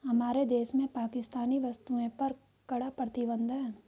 हमारे देश में पाकिस्तानी वस्तुएं पर कड़ा प्रतिबंध हैं